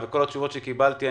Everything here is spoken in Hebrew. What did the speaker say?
למרות כל התשובות שקיבלתי,